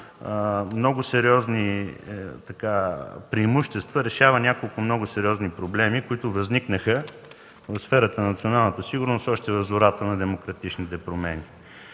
много сериозни преимущества, решава няколко много сериозни проблеми, които възникнаха в сферата на националната сигурност още в зората на демократичните промени.